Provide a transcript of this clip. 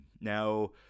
Now